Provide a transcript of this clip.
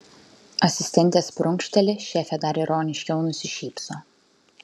asistentės prunkšteli šefė dar ironiškiau nusišypso